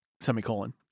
semicolon